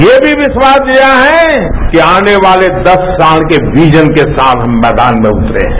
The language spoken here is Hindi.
ये भी विश्वास दिया है कि आने वाले दस साल के विजन के साथ मैदान में उतरे हैं